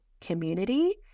community